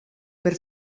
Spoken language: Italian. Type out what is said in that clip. per